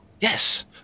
yes